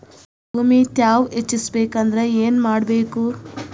ಭೂಮಿ ತ್ಯಾವ ಹೆಚ್ಚೆಸಬೇಕಂದ್ರ ಏನು ಮಾಡ್ಬೇಕು?